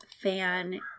Fan